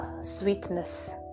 sweetness